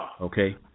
Okay